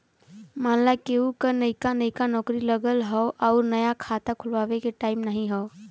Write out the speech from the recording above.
मान ला केहू क नइका नइका नौकरी लगल हौ अउर नया खाता खुल्वावे के टाइम नाही हौ